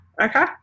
okay